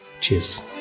Cheers